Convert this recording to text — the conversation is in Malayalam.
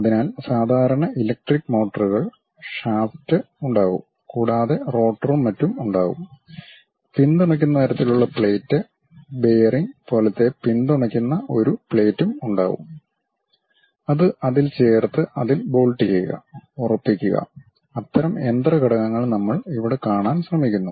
അതിനാൽ സാധാരണ ഇലക്ട്രിക്കൽ മോട്ടോറുകൾ ഷാഫ്റ്റ് ഉണ്ടാകും കൂടാതെ റോട്ടറും മറ്റും ഉണ്ടാകും പിന്തുണയ്ക്കുന്ന തരത്തിലുള്ള പ്ലേറ്റ് ബിയെറിങ് പോലത്തെ പിന്തുണയ്ക്കുന്ന ഒരു പ്ലേറ്റ് ഉണ്ടാകും അത് അതിൽ ചേർത്ത് അതിൽ ബോൾട്ട് ചെയ്യുക ഉറപ്പിക്കുക അത്തരം യന്ത്ര ഘടകങ്ങൾ നമ്മൾ ഇവിടെ കാണാൻ ശ്രമിക്കുന്നു